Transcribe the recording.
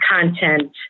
content